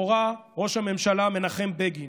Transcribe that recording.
הורה ראש הממשלה מנחם בגין,